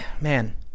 man